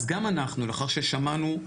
אז גם אנחנו לאחר ששמענו,